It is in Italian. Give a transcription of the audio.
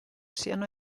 siano